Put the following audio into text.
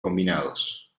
combinados